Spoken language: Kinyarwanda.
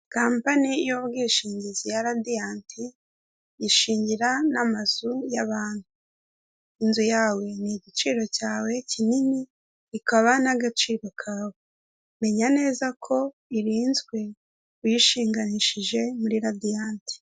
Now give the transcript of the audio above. Kampani y'ubwishingizi ya radiyanti y'ishingira n'amazu ya bantu inzu yawe ni igiciro cyawe kinini ikaba n'agaciro kawe menya neza ko irinzwe wishinganishije muri radiyanti.